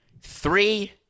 Three